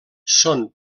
són